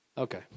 Okay